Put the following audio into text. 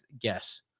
guess